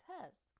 test